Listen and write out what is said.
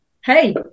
Hey